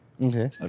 okay